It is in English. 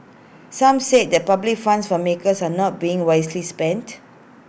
some said that public funds for makers are not being wisely spent